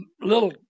little